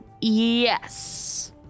Yes